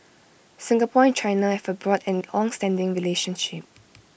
Singapore and China have A broad and longstanding relationship